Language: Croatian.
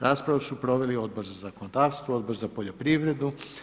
Raspravu su proveli Odbor za zakonodavstvo, Odbor za poljoprivredu.